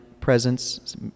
presence